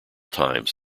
times